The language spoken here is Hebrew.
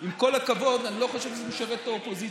עם כל הכבוד, אני לא חושב שזה משרת את האופוזיציה.